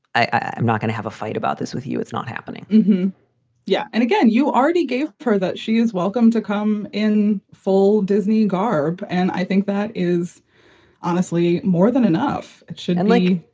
i am not going to have a fight about this with you. it's not happening yeah. and again, you already gave her that. she is welcome to come in full disney garb. and i think that is honestly more than enough it should and like be,